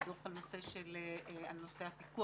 הן כדי ללמוד על ממצאי הדוח הזה,